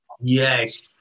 Yes